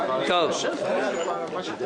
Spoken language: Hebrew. אז אם את יכולה להגיד במשפט את שמך ואת תפקידך.